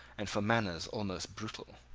and for manners almost brutal.